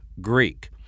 Greek